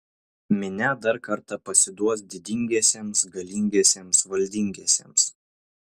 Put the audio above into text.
minia dar kartą pasiduos didingiesiems galingiesiems valdingiesiems